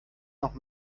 noch